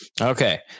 Okay